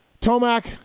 tomac